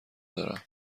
دارم